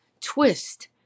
twist